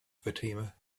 fatima